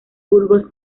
burgos